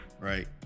right